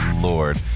lord